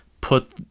put